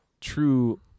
true